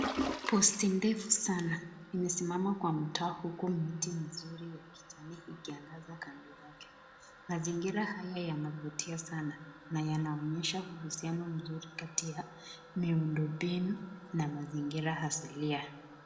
Post ndefu sana imesimama kwa mtaa huu huku miti mizuro ya kijani ikio ikionekana. Mazingira yako ya kuvutia sana na yanaonyesha uhusiano mzuri kati ya miundo mbinu na mazingira asilia.